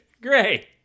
Great